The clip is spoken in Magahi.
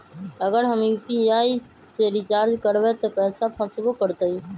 अगर हम यू.पी.आई से रिचार्ज करबै त पैसा फसबो करतई?